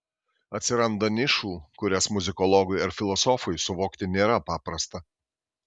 atsiranda nišų kurias muzikologui ar filosofui suvokti nėra paprasta